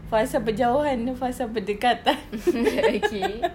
fasa berjauhan dengan fasa berdekatan